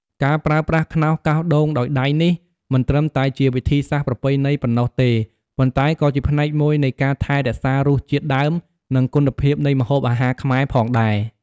ការប្រើប្រាស់ខ្នោសកោសដូងដោយដៃនេះ មិនត្រឹមតែជាវិធីសាស្រ្តប្រពៃណីប៉ុណ្ណោះទេ ប៉ុន្តែក៏ជាផ្នែកមួយនៃការថែរក្សារសជាតិដើម និងគុណភាពនៃម្ហូបអាហារខ្មែរផងដែរ។